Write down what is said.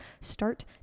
start